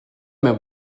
mewn